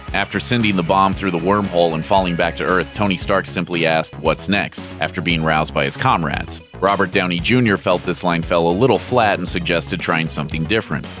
after sending the bomb through the wormhole and falling back to earth, tony stark simply asked what's next? after being roused by his comrades. robert downey jr. felt this line fell a little flat and suggested trying something different.